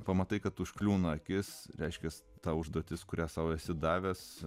pamatai kad užkliūna akis reiškiasi ta užduotis kurią sau esi davęs